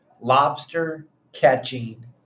lobster-catching